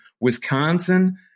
Wisconsin